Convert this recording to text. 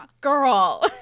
girl